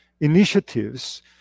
initiatives